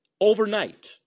overnight